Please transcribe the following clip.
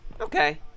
Okay